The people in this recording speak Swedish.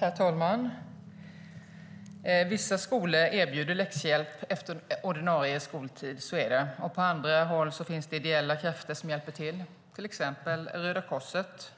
Herr talman! Vissa skolor erbjuder läxhjälp efter ordinarie skoltid. Så är det. På andra håll finns det ideella krafter som hjälper till, exempelvis Röda Korset.